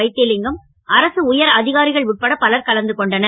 வைத் லிங்கம் அரசு உயர் அ காரிகள் உட்பட பலர் கலந்து கொண்டனர்